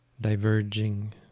diverging